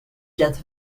death